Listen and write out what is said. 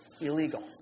illegal